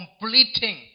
completing